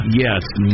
yes